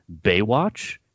Baywatch